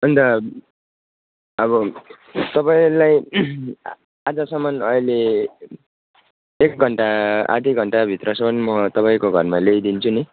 अन्त अब तपाईँलाई आजसम्म अहिले एक घन्टा आधा घन्टाभित्रसम्म म तपाईँको घरमा ल्याइदिन्छु नि